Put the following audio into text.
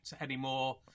anymore